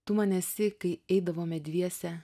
tu man esi kai eidavome dviese